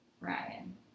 Ryan